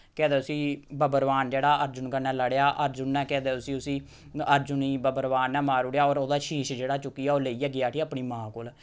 केह् आखदे उसी बब्बरवान जेह्ड़ा अर्जुन कन्नै लड़ेआ अर्जुन ने केह् आखदे उसी उसी अर्जुन ई बब्बरवान ने मारुड़ेआ होर ओह्दा शीश जेह्ड़ा चुक्कियै ओह् लेई गेआ गेआ उठी अपनी मां कोल